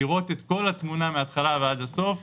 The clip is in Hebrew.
לראות את כל התמונה מהתחלה ועד הסוף,